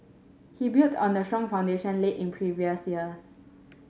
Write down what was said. he built on the strong foundation laid in previous years